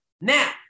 Now